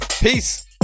Peace